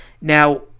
Now